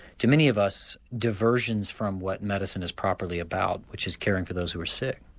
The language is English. to many of us diversions from what medicine is properly about which is caring for those who are sick.